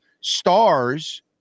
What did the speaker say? Stars